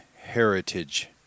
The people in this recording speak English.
heritage